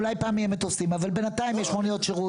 אולי פעם יהיו מטוסים אבל בינתיים יש מוניות שירות